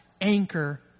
anchor